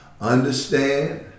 Understand